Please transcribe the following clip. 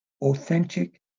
authentic